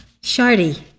Shardy